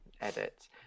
edit